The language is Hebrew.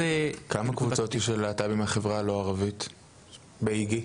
כמה קבוצות יש ללהט"בים מהחברה הלא הערבית ב-׳איגי׳?